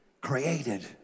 created